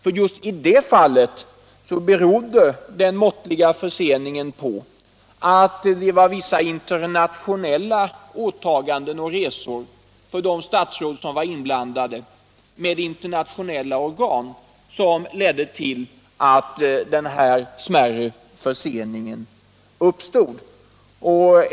För just i det fallet berodde den måttliga förseningen på att det var vissa internationella åtaganden och resor för de statsråd som var inblandade och som ledde till att den här smärre förseningen uppstod.